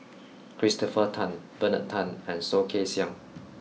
Christopher Tan Bernard Tan and Soh Kay Siang